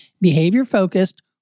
behavior-focused